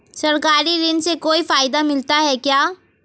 सरकारी ऋण से कोई फायदा मिलता है क्या?